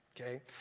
Okay